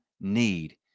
Need